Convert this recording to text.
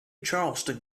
charleston